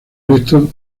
resto